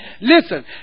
listen